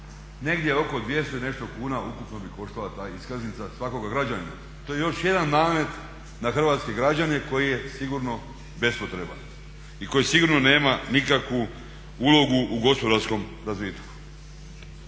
negdje oko 200 i nešto kuna ukupno bi koštala ta iskaznica svakoga građanina. To je još jedan namet na hrvatske građane koji je sigurno bespotreban i koji sigurno nema nikakvu ulogu u gospodarskom razvitku.